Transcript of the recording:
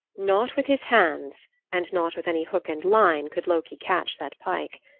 not with his hands and not with any hook and line could loki catch that pike.